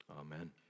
Amen